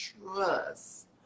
trust